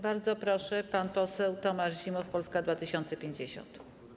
Bardzo proszę, pan poseł Tomasz Zimoch, Polska 2050.